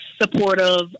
supportive